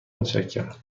متشکرم